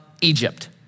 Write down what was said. Egypt